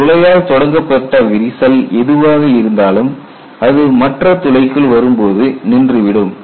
ஒரு துளையால் தொடங்கப்பட்ட விரிசல் எதுவாக இருந்தாலும் அது மற்ற துளைக்குள் வரும்போது நின்றுவிடும்